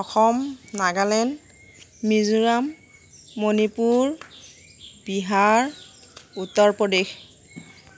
Assam Nagaland Mizoram Manipur Bihar Uttar Pradesh